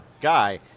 guy